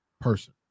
person